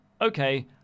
okay